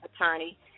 attorney